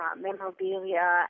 memorabilia